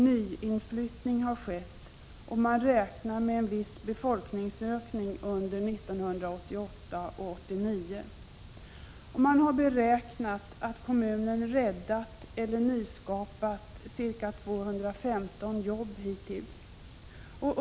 Nyinflyttning har skett och man räknar med en viss befolkningsökning under 1988 och 1989. Man har beräknat att kommunen räddat eller nyskapat ca 215 jobb hittills.